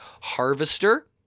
Harvester